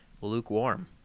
lukewarm